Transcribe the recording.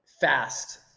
fast